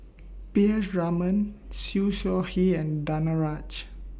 P S Raman Siew Shaw Her and Danaraj